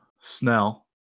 snell